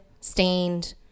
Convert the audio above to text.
stained